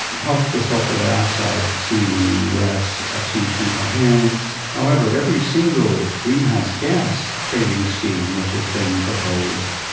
helped the sulphur dioxide scheme in the us achieve some coherence. however, every single greenhouse gas trading scheme which has been proposed,